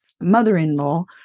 mother-in-law